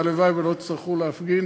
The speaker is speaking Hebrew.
והלוואי שלא תצטרכו להפגין